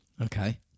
Okay